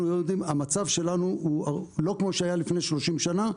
יודעים שהמצב שלנו הוא לא כמו שהיה לפני 30 שנה.